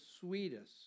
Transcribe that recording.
sweetest